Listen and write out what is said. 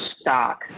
stock